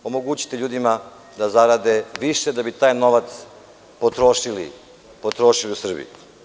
Omogućiće ljudima da zarade više da bi taj novac potrošili u Srbiji.